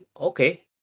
okay